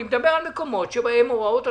אני מדבר על 77 יישובים